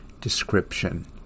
description